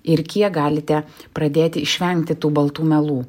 ir kiek galite pradėti išvengti tų baltų melų